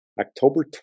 October